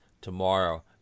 tomorrow